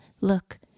Look